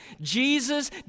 Jesus